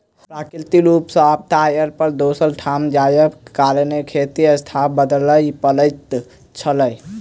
प्राकृतिक रूप सॅ आपदा अयला पर दोसर ठाम जायबाक कारणेँ खेतीक स्थान बदलय पड़ैत छलै